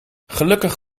gelukkig